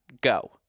Go